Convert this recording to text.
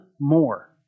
more